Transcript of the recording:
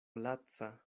laca